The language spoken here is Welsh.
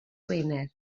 wener